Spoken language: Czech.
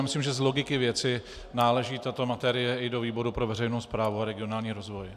Myslím, že z logiky věci náleží tato materie i do výboru pro veřejnou správu a regionální rozvoj.